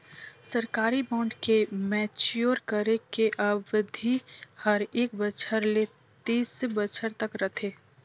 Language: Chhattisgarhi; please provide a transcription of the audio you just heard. सरकारी बांड के मैच्योर करे के अबधि हर एक बछर ले तीस बछर तक रथे